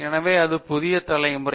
எனவே இது புதிய தலைமுறை